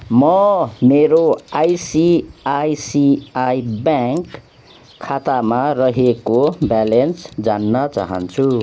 म मेरो ICICI bank खातामा रहेको ब्यालेन्स जान्न चाहन्छु